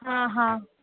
हां हां